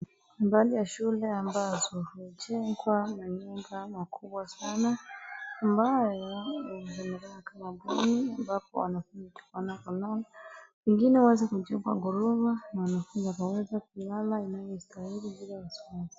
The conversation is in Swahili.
mbalimbali ya shule ambazo hujengwa na nyumba makubwa sana ambayo ni za bweni ambapo wanafunzi hulala. Nyingine huweza kujengwa ghorofa na wanafunzi akaweza kulala inavyostahili bila wasiwasi.